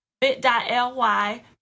bit.ly